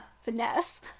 finesse